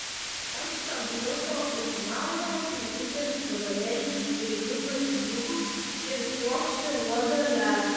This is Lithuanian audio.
ant kabliuko užmaunamas nedidelis gabalėlis šviežių lašinukų ir puokštė uodo lervų